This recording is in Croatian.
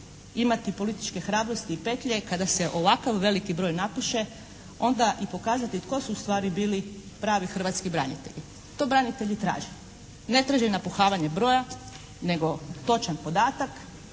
imati političke hrabrosti i petlje kada se ovako veliki broj napuše onda i pokazati tko su ustvari bili pravi hrvatski branitelji. To branitelji traže. Ne traže napuhavanje broja nego točan podatak,